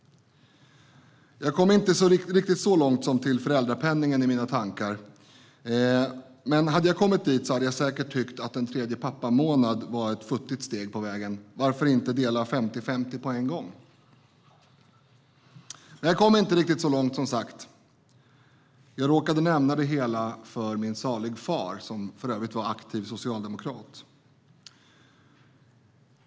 Jag kom inte riktigt så långt som till föräldrapenningen i mina tankar, men hade jag kommit dit hade jag säkert tyckt att en tredje pappamånad var ett futtigt steg på vägen. Varför inte dela 50-50 på en gång? Men jag kom inte riktigt så långt, som sagt. Jag råkade nämna det hela för min salig far, som för övrigt vad aktiv socialdemokrat.